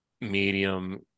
medium